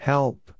Help